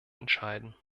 entscheiden